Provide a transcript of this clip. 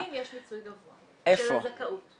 ברוב המקרים יש מיצוי גבוה של הזכאות.